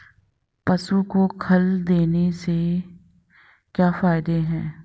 पशु को खल देने से क्या फायदे हैं?